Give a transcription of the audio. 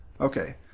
Okay